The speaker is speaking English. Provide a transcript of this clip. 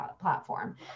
platform